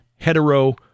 hetero